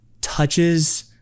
touches